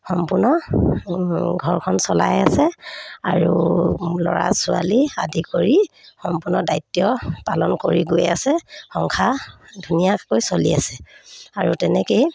সম্পূৰ্ণ ঘৰখন চলাই আছে আৰু ল'ৰা ছোৱালী আদি কৰি সম্পূৰ্ণ দায়িত্ব পালন কৰি গৈ আছে সংসাৰ ধুনীয়াকৈ চলি আছে আৰু তেনেকৈয়ে